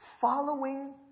following